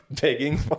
begging